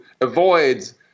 avoids